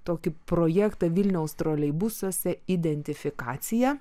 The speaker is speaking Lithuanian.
tokį projektą vilniaus troleibusuose identifikacija